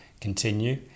continue